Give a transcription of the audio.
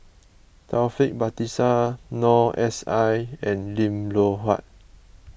Taufik Batisah Noor S I and Lim Loh Huat